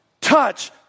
touch